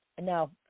No